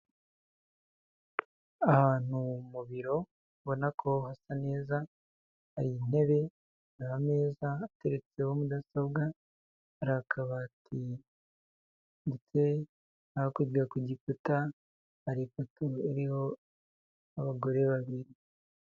Ahantu mu biro ubona ko hasa neza hari intebe, hari ameza ateretseho mudasobwa, hari akabati ndetse hakurya ku gikuta hari ifoto iriho abagore babiri.